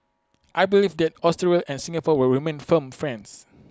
I believe that Australia and Singapore will remain firm friends